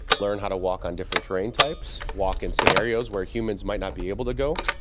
learn how to walk on different terrain types, walk in scenarios where humans might not be able to go,